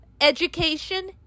Education